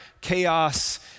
chaos